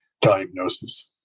diagnosis